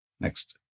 Next